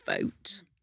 vote